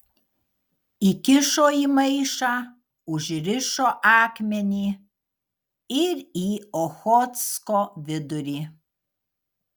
įkišo į maišą užrišo akmenį ir į ochotsko vidurį